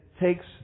takes